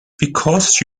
because